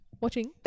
watching